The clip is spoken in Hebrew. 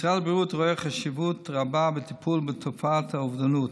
משרד הבריאות רואה חשיבות רבה בטיפול בתופעת האובדנות.